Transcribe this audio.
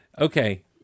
Okay